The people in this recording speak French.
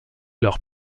leurs